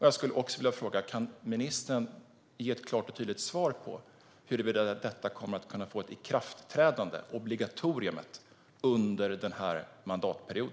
Jag skulle också vilja fråga: Kan ministern ge ett klart och tydligt svar på huruvida obligatoriet kommer att kunna få ett ikraftträdande under denna mandatperiod?